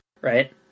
right